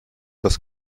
das